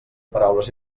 paraules